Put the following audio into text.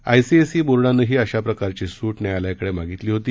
ICSE बोर्डानंही अशा प्रकारची सूट न्यायालयाकडे मागितली होती